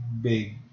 big